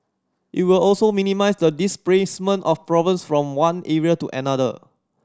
it will also minimise the displacement of problems from one area to another